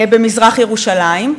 במזרח-ירושלים.